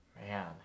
Man